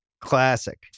Classic